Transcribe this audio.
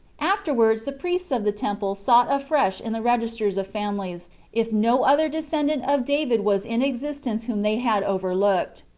afterwards the priests of the temple sought afresh in the registers of families if no other descendant of david was in existence whom they had overlooked.